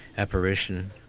Apparition